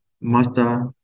master